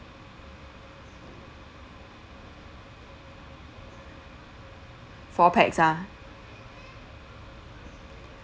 four pax ah